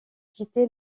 quitter